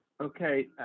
okay